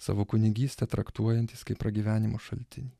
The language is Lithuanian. savo kunigystę traktuojantys kaip pragyvenimo šaltinį